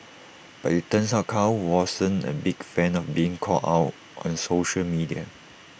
but IT turns out Kwan wasn't A big fan of being called out on social media